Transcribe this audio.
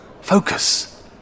focus